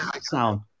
sound